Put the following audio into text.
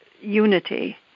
unity